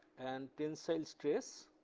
and tensile stress,